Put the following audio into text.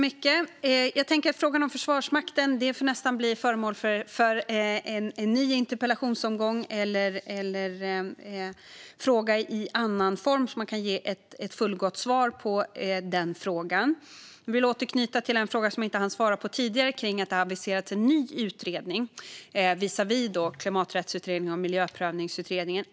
Herr talman! Frågan om Försvarsmakten får nästan bli föremål för en annan interpellationsdebatt eller ställas som fråga i annan form, så att den kan få ett fullgott svar. Jag vill återknyta till en fråga som jag inte hann svara på tidigare, nämligen den om att det har aviserats en ny utredning utöver Klimaträttsutredningen och Miljöprövningsutredningen.